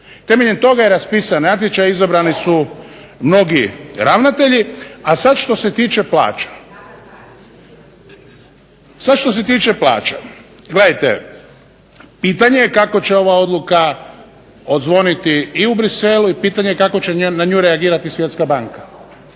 Temeljem toga je raspisan natječaj, izabrani su mnogi ravnatelji. A sada što se tiče plaća, gledajte pitanje je kako će ova odluka odzvoniti i u Bruxellesu i pitanje kako će na nju reagirati Svjetska banka,